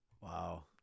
Wow